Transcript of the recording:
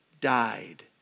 died